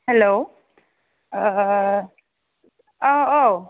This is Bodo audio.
हेलौ ओ औ औ